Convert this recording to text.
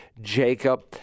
Jacob